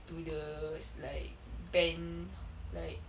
to the sl~ like band like